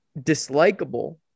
dislikable